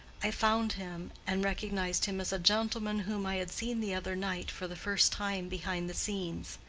i found him, and recognized him as a gentleman whom i had seen the other night for the first time behind the scenes.